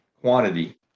quantity